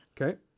Okay